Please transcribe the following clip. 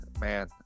man